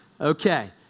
Okay